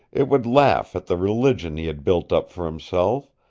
it would laugh at the religion he had built up for himself,